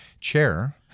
chair